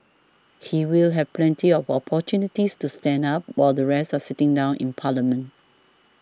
he will have plenty of opportunities to stand up while the rest are sitting down in parliament